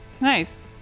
Nice